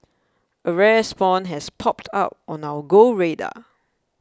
a rare spawn has popped up on our Go radar